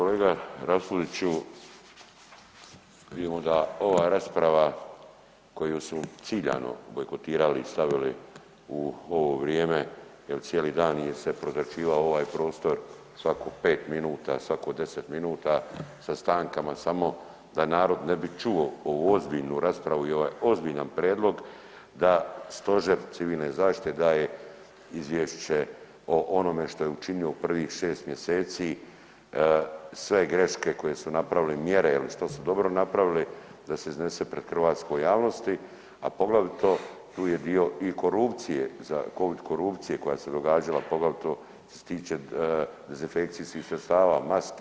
Kolega Raspudiću vidim da ova rasprava koju su ciljano bojkotirali, stavili u ovo vrijeme jer cijeli dan se prozračivao ovaj prostor svako pet minuta, svako 10 minuta sa stankama samo da narod ne bi čuo ovu ozbiljnu raspravu i ovaj ozbiljan prijedlog da Stožer Civilne zaštite daje Izvješće o onome što je učinio u prvih šest mjeseci, sve greške koje su napravili, mjere ili što su dobro napravili da se iznese pred hrvatskom javnosti a poglavito tu je dio i korupcije, covid korupcije koja se događala poglavito što se tiče dezinfekcijskih sredstava, maski.